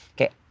okay